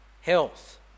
health